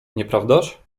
nieprawdaż